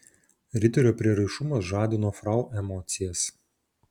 riterio prieraišumas žadino frau emocijas